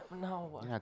No